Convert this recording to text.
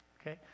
Okay